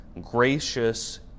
Gracious